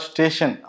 Station